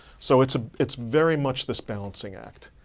so it's ah it's very much this balancing act.